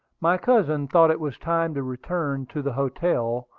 my cousin thought it was time to return to the hotel,